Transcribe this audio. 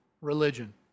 religion